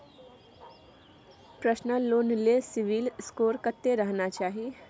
Personal loan ले CIBIL score कत्ते रहना चाही?